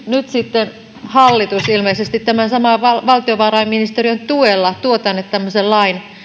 nyt sitten hallitus ilmeisesti tämän saman valtiovarainministeriön tuella tuo tänne tämmöisen lain